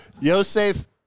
Yosef